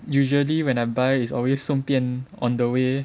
usually when I buy is always 顺便 on the way